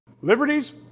Liberties